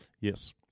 Yes